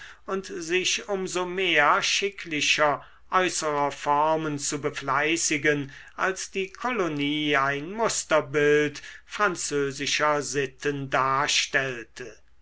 und sich um so mehr schicklicher äußerer formen zu befleißigen als die kolonie ein musterbild französischer sitten darstellte